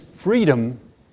Freedom